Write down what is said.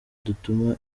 dutuma